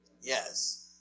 Yes